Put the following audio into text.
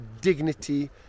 dignity